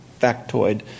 factoid